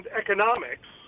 economics